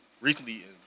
Recently